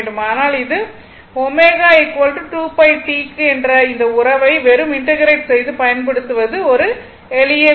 ஆனால் இது ω 2πT க்கு என்ற இந்த உறவை வெறும் இன்டெகிரெட் செய்து பயன்படுத்துவது ஒரு எளிய விஷயம்